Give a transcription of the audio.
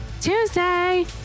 Tuesday